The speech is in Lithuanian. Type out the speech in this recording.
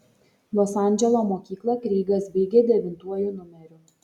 los andželo mokyklą kreigas baigė devintuoju numeriu